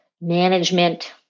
management